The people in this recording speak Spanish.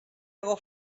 hago